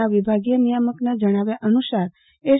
ના વિભાગીય નિયામકના જણાવ્યા અનુસાર એસ